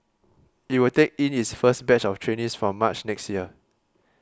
it will take in its first batch of trainees from March next year